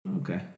Okay